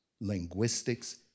linguistics